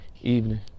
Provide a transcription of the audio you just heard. evening